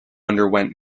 underwent